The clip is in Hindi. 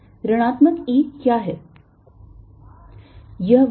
ऋणात्मक E क्या है